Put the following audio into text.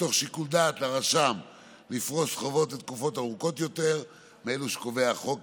מתן שיקול דעת לרשם לפרוס חובות לתקופות ארוכות יותר מאלו שקובע החוק,